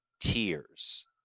tears